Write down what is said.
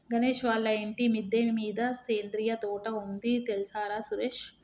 గణేష్ వాళ్ళ ఇంటి మిద్దె మీద సేంద్రియ తోట ఉంది తెల్సార సురేష్